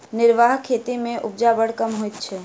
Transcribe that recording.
निर्वाह खेती मे उपजा बड़ कम होइत छै